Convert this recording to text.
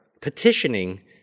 petitioning